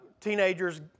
teenagers